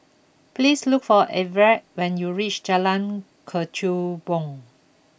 please look for Everet when you reach Jalan Kechubong